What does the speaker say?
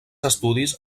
estudis